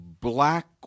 black